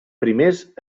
primers